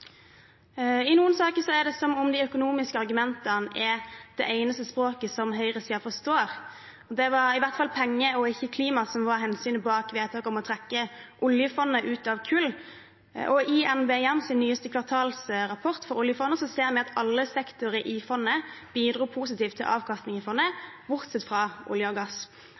I noen saker er det som om de økonomiske argumentene er det eneste språket som høyresiden forstår. Det var i hvert fall penger og ikke klima som var hensynet bak et vedtak om å trekke oljefondet ut av kull, og i NBIMs nyeste kvartalsrapport for oljefondet ser vi at alle sektorer i fondet bidro positivt til avkastning i fondet, bortsett fra olje og gass.